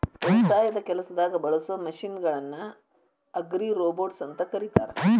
ವ್ಯವಸಾಯದ ಕೆಲಸದಾಗ ಬಳಸೋ ಮಷೇನ್ ಗಳನ್ನ ಅಗ್ರಿರೋಬೊಟ್ಸ್ ಅಂತ ಕರೇತಾರ